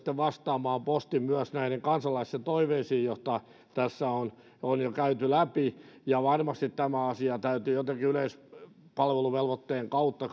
vastaamaan myös näihin kansalaisten toiveisiin joita tässä on jo käyty läpi varmasti tämä asia täytyy jotenkin yleispalveluvelvoitteen kautta